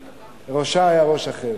וראשה היה ראש אחר.